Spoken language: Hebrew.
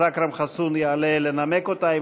אז אכרם חסון יעלה לנמק אותה.